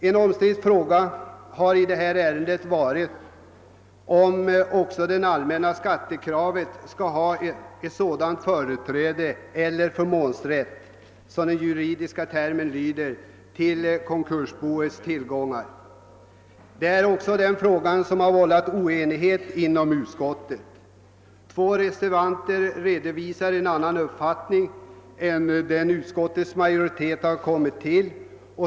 En omstridd fråga har i det här ärendet varit, om också det allmännas skattekrav skall ha sådant företräde — eller förmånsrätt, som den juridiska termen lyder — till konkursboets tillgångar. Det är också den frågan som har vållat oenighet inom utskottet. Två reservanter redovisar en annan uppfattning än den utskottets majoritet har kommit till.